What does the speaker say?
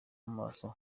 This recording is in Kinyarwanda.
maso